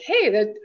hey